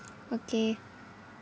okay